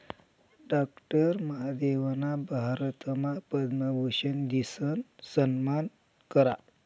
doctor महादेवना भारतमा पद्मभूषन दिसन सम्मान करा